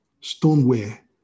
stoneware